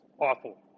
awful